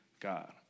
God